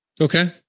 Okay